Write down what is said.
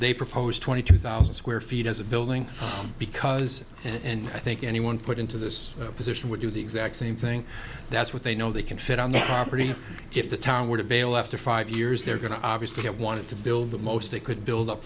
they proposed twenty two thousand square feet as a building because and i think anyone put into this position would do the exact same thing that's what they know they can fit on the property and if the town were to bail after five years they're going to obviously have wanted to build the most they could build up